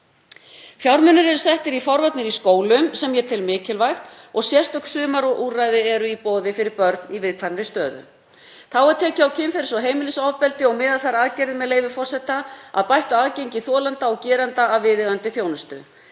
Fjármunir eru settir í forvarnir í skólum, sem ég tel mikilvægt, og sérstök sumarúrræði eru í boði fyrir börn í viðkvæmri stöðu. Þá er tekið á kynferðis- og heimilisofbeldi og miða þær aðgerðir „að bættu aðgengi þolenda og gerenda að viðeigandi þjónustu“.